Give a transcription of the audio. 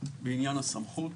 לעניין הסמכות,